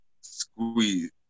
squeeze